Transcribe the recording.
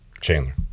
chandler